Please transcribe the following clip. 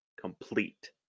complete